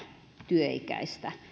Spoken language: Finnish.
työikäistä